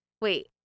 Wait